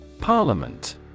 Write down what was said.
Parliament